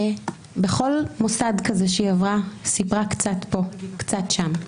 בכל מוסד כזה שהיא עברה, היא סיפרה קצת פה קצת שם.